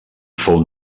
fou